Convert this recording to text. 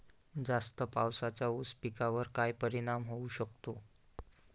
जास्त पावसाचा ऊस पिकावर काय परिणाम होऊ शकतो?